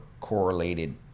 correlated